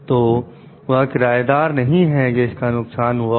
तो वह किराएदार नहीं है जिन का नुकसान हुआ हो